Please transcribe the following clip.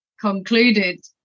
concluded